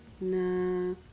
nah